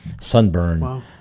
sunburn